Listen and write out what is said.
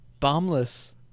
Bombless